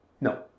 No